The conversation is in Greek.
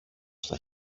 στα